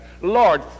Lord